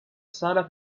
sala